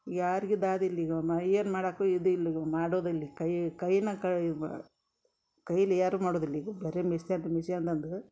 ಯಾರ್ಗಿ ದಾದಿಲ್ ಈಗ ಒಮ್ಮ ಏನು ಮಾಡಾಕು ಇದಿಲ್ಲ ಈಗ ಮಾಡೋದಿಲ್ಲ ಈಗ್ ಕೈ ಕೈನ ಕಳಿದ್ಬ ಕೈಲಿ ಯಾರು ಮಾಡುದಿಲ್ಲ ಈಗ ಬರೇ ಮಿಷನ್ ಮಿಷನ್ದಂದು